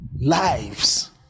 Lives